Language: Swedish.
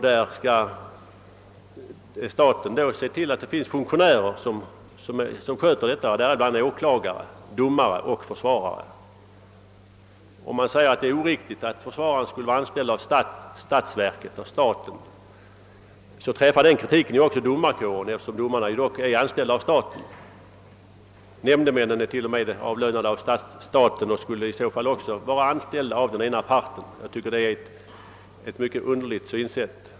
Det skall finnas funktionärer som sköter detta, åklagare, domare och försvarare. När man säger att det vore oriktigt att en försvarare skulle vara anställd av statsverket, träffar denna kritik också domarkåren, eftersom domarna också är anställda av staten. Nämndemännen är avlönade av staten och skulle i så fall vara anställda av den ena parten. Detta är ett mycket underligt synsätt.